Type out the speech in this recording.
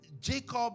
Jacob